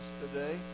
today